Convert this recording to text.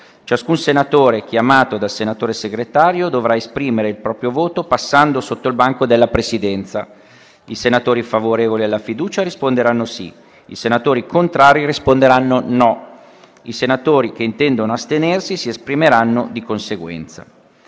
Ciascun senatore chiamato dal senatore Segretario dovrà esprimere il proprio voto passando innanzi al banco della Presidenza. I senatori favorevoli alla fiducia risponderanno sì; i senatori contrari risponderanno no; i senatori che intendono astenersi si esprimeranno di conseguenza.